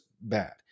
bad